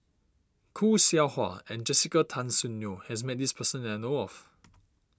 Khoo Seow Hwa and Jessica Tan Soon Neo has met this person that I know of